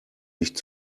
nicht